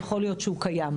יכול להיות שהוא קיים.